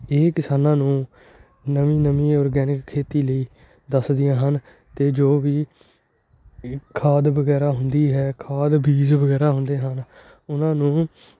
ਇਹ ਕਿਸਾਨਾਂ ਨੂੰ ਨਵੀਂ ਨਵੀਂ ਔਰਗੈਨਿਕ ਖੇਤੀ ਲਈ ਦੱਸਦੀਆਂ ਹਨ ਅਤੇ ਜੋ ਵੀ ਇਹ ਖਾਦ ਵਗੈਰਾ ਹੁੰਦੀ ਹੈ ਖਾਦ ਬੀਜ ਵਗੈਰਾ ਹੁੰਦੇ ਹਨ ਉਹਨਾਂ ਨੂੰ